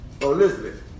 Elizabeth